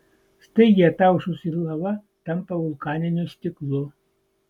staigiai ataušusi lava tampa vulkaniniu stiklu